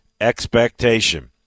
expectation